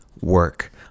work